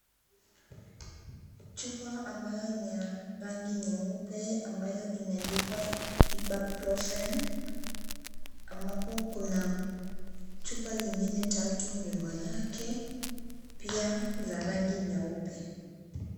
Chupa ambayo ni ya rangi nyeupe ambayo imeandikwa Ibuprofen ambapo kuna chupa zingine tatu nyuma yake pia za rangi nyeupe.